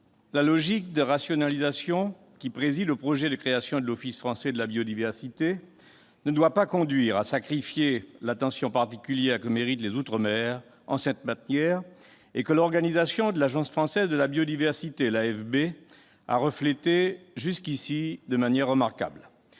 la logique de rationalisation qui préside au projet de création de l'Office français de la biodiversité ne doit pas conduire à sacrifier l'attention particulière que méritent les outre-mer en cette matière, et que l'organisation de l'Agence française pour la biodiversité, l'AFB, a reflétée jusqu'ici de manière remarquable.